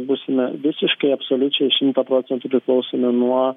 būsime visiškai absoliučiai šimta procentų priklausomi nuo